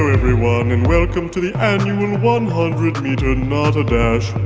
everyone. and welcome to the one hundred meter not